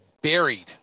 buried